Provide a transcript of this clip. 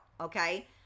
okay